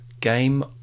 game